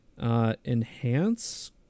Enhance